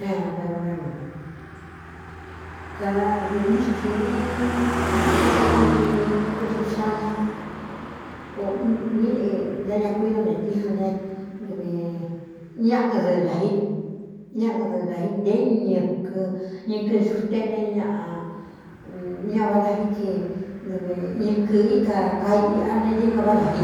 Nedɨvkadadvi ntítsi ntítsi kakíxi ñuzuku sanña o míꞌi ntáña kuído ne tíjan ne dɨvi ñꞌɨɨdā í ñáꞌɨ dɨɨn dā í nté ñɨkɨ ñɨkɨ xute ne ñaꞌ ña váꞌá da í tsi dɨvi ñɨkɨɨ íka kaiiꞌa ne dinga váꞌá cā ji